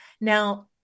Now